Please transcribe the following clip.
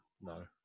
No